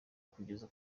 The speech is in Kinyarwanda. kugeza